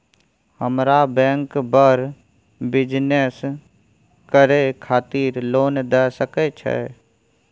हमरा बैंक बर बिजनेस करे खातिर लोन दय सके छै?